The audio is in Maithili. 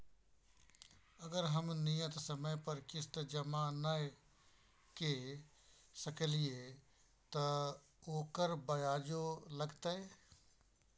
अगर हम नियत समय पर किस्त जमा नय के सकलिए त ओकर ब्याजो लगतै?